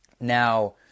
Now